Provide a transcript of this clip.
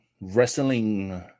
wrestling